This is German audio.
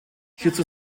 hierzu